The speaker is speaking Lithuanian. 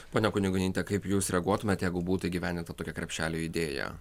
ponie kunigonyte kaip jūs reaguotumėt jeigu būtų įgyvendinta tokia krepšelio idėja